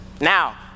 Now